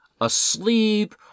asleep